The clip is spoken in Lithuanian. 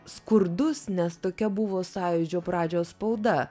skurdus nes tokia buvo sąjūdžio pradžios spauda